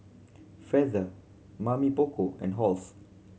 Feather Mamy Poko and Halls